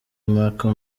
markle